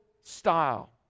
style